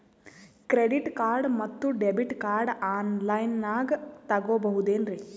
Credit card ಮತ್ತು debit card ಆನ್ ಲೈನಾಗ್ ತಗೋಬಹುದೇನ್ರಿ?